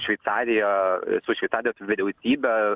šveicarija su šveicarijos vyriausybe